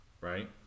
right